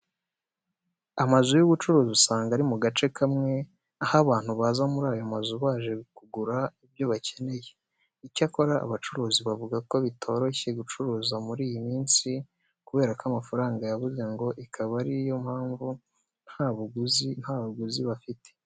Amazu y'ubucuruzi usanga aba ari mu gace kamwe, aho abantu baza muri ayo mazu baje kuhagura ibyo bakeneye. Icyakora abacuruzi bavuga ko bitoroshye gucuruza muri iyi minsi kubera ko amafaranga yabuze ngo ikaba ari yo mpamvu nta baguzi bafite.